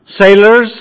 Sailors